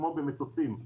כמו במטוסים.